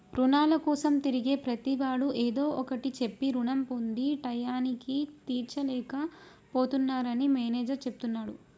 రుణాల కోసం తిరిగే ప్రతివాడు ఏదో ఒకటి చెప్పి రుణం పొంది టైయ్యానికి తీర్చలేక పోతున్నరని మేనేజర్ చెప్తున్నడు